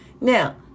Now